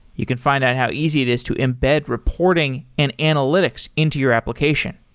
you can find out how easy it is to embed reporting and analytics into your application.